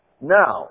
Now